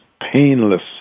painless